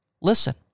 listen